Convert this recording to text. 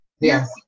Yes